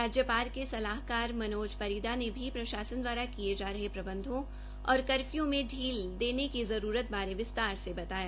राज्यपाल के सलाहकार मनोज परीदा ने भी प्रशासन द्वारा किए जा रहे प्रबंधों और कफर्यू में ढील देने की जरूरत बारे विस्तार से बताया